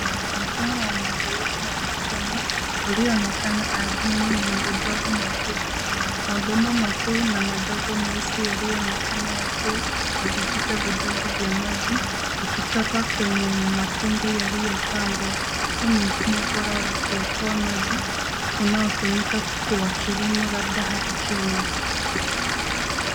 Huu ni mfumo wa umwagiliaji wa matone ulio onekana ardhini yenye udongo mwekundu. Mabomba makuu na madogo meusi yalionekana yakiwa na vijito vidogo vya maji ikitoka kwenye matundu yaliyo pangwa. Huu ni mfumo bora wa kuokoa maji unao tumika kwa kilimo labda hapa Kenya.